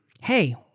hey